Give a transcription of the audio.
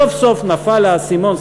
סוף-סוף נפל האסימון,